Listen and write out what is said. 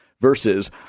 versus